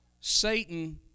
Satan